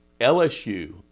LSU